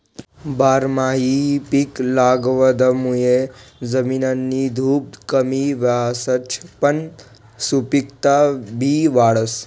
बारमाही पिक लागवडमुये जमिननी धुप कमी व्हसच पन सुपिकता बी वाढस